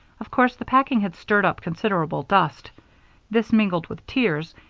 of course the packing had stirred up considerable dust this, mingled with tears,